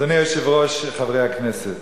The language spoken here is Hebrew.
אדוני היושב-ראש, חברי הכנסת,